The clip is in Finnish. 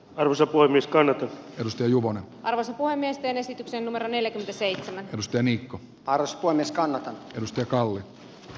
talousapua niskanen risto juvonen avasi puhemiesten esityksen numero neljäkymmentäseitsemän musteni kun paras ponnistamatta mystiikalle